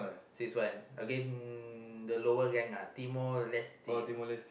six one again the lower rank ah Timor Leste ah